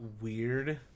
weird